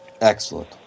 Excellent